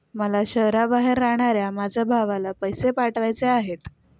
मला शहराबाहेर राहणाऱ्या माझ्या भावाला पैसे पाठवायचे आहेत